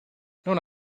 non